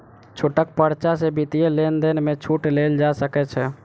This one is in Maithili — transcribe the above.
छूटक पर्चा सॅ वित्तीय लेन देन में छूट लेल जा सकै छै